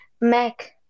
Mac